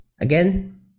again